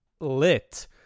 lit